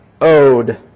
owed